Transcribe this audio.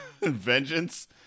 vengeance